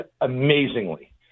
amazingly